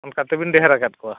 ᱚᱱᱠᱟ ᱛᱮᱵᱤᱱ ᱰᱷᱮᱨ ᱟᱠᱟᱫ ᱠᱚᱣᱟ